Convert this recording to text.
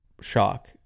shock